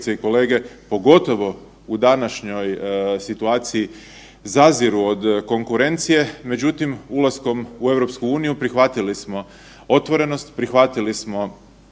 i kolege pogotovo u današnjoj situaciji zaziru od konkurencije, međutim ulaskom u EU prihvatili smo otvorenost, prihvatili smo